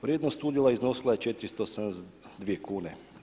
Vrijednost udjela iznosila 472 kune.